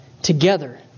together